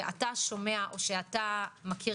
שאתה מכיר או שומע.